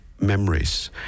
memories